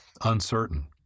uncertain